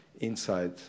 inside